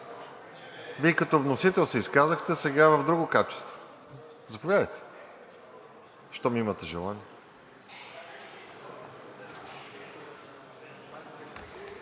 Вие като вносител се изказахте, сега в друго качество. Заповядайте, щом имате желание.